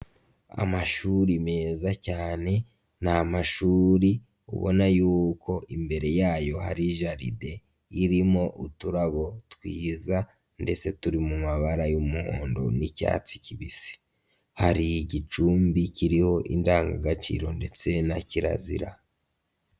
Amashuri meza cyane. Ni amashuri ubona yuko imbere yayo hari jaride irimo uturarabo twiza ndetse turi mu mabara y'umuhondo n'icyatsi kibisi. Hari igicumbi kiriho indangagaciro ndetse na kirazira.